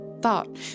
thought